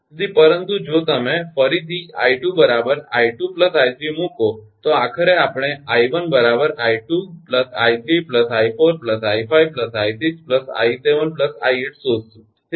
તેથી પરંતુ જો તમે ફરીથી 𝐼2 𝑖2 𝐼3 મૂકો તો આખરે આપણે 𝐼1 𝑖2 𝑖3 𝑖4 𝑖5 𝑖6 𝑖7 𝑖8 શોધીશું